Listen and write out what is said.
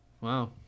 wow